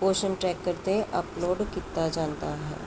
ਪੋਸ਼ਨ ਟਰੈਕਰ 'ਤੇ ਅਪਲੋਡ ਕੀਤਾ ਜਾਂਦਾ ਹੈ